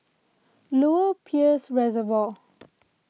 Lower Peirce Reservoir